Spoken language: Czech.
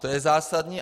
To je zásadní.